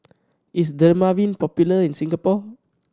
is Dermaveen popular in Singapore